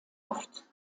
oft